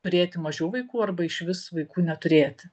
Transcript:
turėti mažiau vaikų arba išvis vaikų neturėti